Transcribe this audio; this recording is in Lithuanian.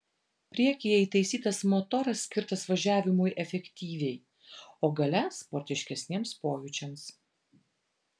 priekyje įtaisytas motoras skirtas važiavimui efektyviai o gale sportiškesniems pojūčiams